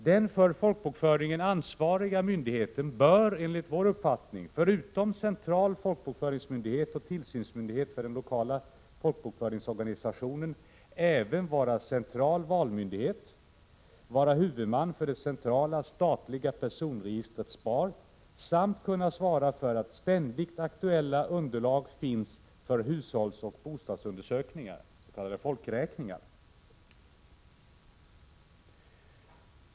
Den för folkbokföringen ansvariga myndigheten bör enligt vår uppfattning förutom central folkbokföringsmyndighet och tillsynsmyndighet för den lokala folkbokföringsorganisationen vara central valmyndighet, vara huvudman för det centrala statliga personregistret SPAR samt kunna svara för att ständigt aktuella underlag finns för hushållsoch bostadsundersökningar, s.k. folkräkningar.